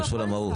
זה קשור למהות.